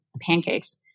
pancakes